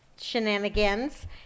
shenanigans